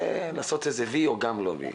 זה לסמן וי וגם לא זה.